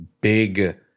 big